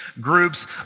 groups